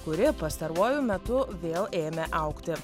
kuri pastaruoju metu vėl ėmė augti